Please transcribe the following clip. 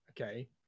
okay